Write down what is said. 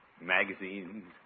magazines